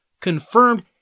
confirmed